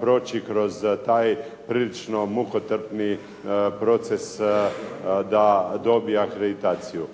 proći kroz taj prilično mukotrpni proces da dobije akreditaciju.